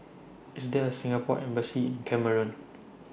IS There A Singapore Embassy in Cameroon